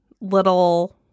little